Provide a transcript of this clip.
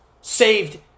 saved